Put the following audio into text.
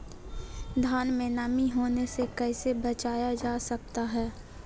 धान में नमी होने से कैसे बचाया जा सकता है?